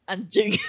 Anjing